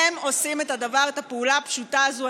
הם עושים את הפעולה הפשוטה הזאת.